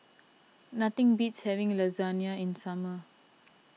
nothing beats having Lasagne in the summer